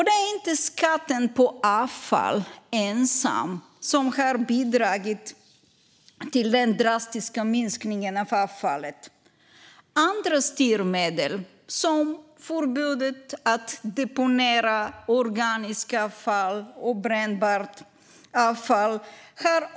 Det är inte skatten på avfall ensam som har lett till den drastiska minskningen av avfallet. Andra styrmedel har också spelat stor roll, som förbudet att deponera organiskt avfall och brännbart avfall.